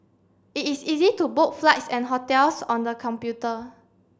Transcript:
it is easy to book flights and hotels on the computer